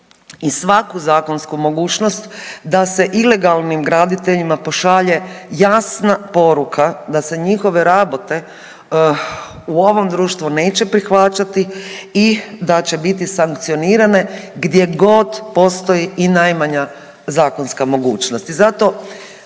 i svaku zakonsku mogućnost da se ilegalnim graditeljima pošalje jasna poruka da se njihove rabote u ovom društvu neće prihvaćati i da će biti sankcionirane gdje god postoji i najmanja zakonska mogućnost.